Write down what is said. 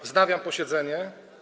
Wznawiam posiedzenie.